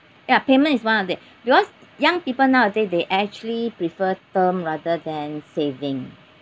ya payment is one of them because young people nowadays they actually prefer term rather than saving